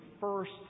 first